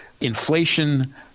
inflation